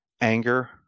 anger